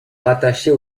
rattachée